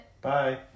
Bye